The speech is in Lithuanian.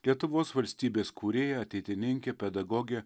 lietuvos valstybės kūrėja ateitininkė pedagogė